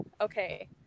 okay